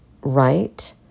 right